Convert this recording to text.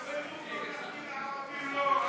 חינוך ממלכתי לערבים לא?